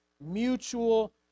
mutual